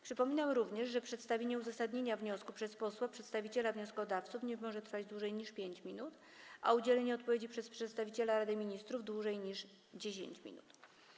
Przypominam również, że przedstawienie uzasadnienia wniosku przez posła przedstawiciela wnioskodawców nie może trwać dłużej niż 5 minut, a udzielenie odpowiedzi przez przedstawiciela Rady Ministrów - dłużej niż 10 minut.